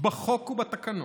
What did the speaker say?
בחוק ובתקנון,